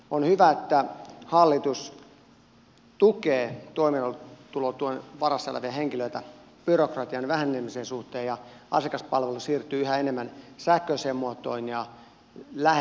on hyvä että hallitus tukee toimeentulotuen varassa eläviä henkilöitä byrokratian vähenemisen suhteen ja asiakaspalvelu siirtyy yhä enemmän sähköiseen muotoon ja lähemmäksi asiakasta